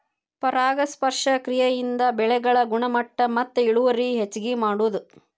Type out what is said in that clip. ಪರಾಗಸ್ಪರ್ಶ ಕ್ರಿಯೆಯಿಂದ ಬೆಳೆಗಳ ಗುಣಮಟ್ಟ ಮತ್ತ ಇಳುವರಿ ಹೆಚಗಿ ಮಾಡುದು